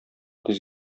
тиз